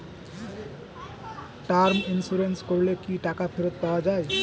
Term insurance করলে কি টাকা ফেরত পাওয়া যায়?